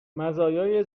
مزایای